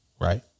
Right